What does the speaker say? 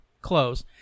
close